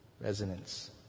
Resonance